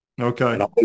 Okay